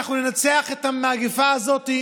אנחנו ננצח את המגפה הזאת,